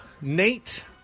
Nate